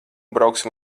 brauksim